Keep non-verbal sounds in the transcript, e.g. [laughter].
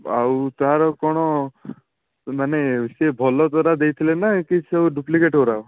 ଆଉ ତା'ର କ'ଣ ମାନେ ସିଏ ଭଲ [unintelligible] ଦେଇଥିଲେ ନା ଏମିତି ସବୁ ଡୁପ୍ଲିକେଟ୍ ଗୁଡ଼ାକ